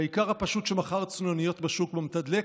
באיכר הפשוט שמכר צנוניות בשוק, במתדלק